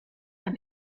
ein